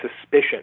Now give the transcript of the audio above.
suspicion